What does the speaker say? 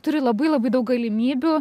turi labai labai daug galimybių